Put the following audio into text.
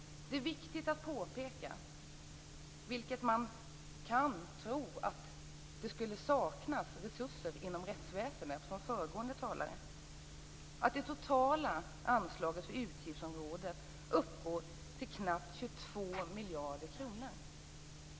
Man kan tro att det skulle saknas resurser inom rättsväsendet utifrån vad föregående talare sade. Det är då viktigt att påpeka att det totala anslaget för utgiftsområdet uppgår till knappt 22 miljarder kronor.